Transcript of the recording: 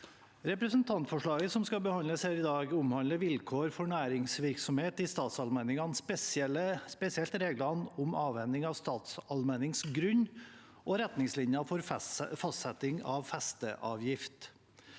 Representantforslaget som skal behandles her i dag, omhandler vilkår for næringsvirksomhet i statsallmenningene, spesielt reglene om avhending av statsallmenningsgrunn og retningslinjer for fastsetting av festeavgifter.